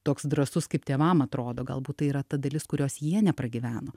toks drąsus kaip tėvam atrodo galbūt tai yra ta dalis kurios jie nepragyveno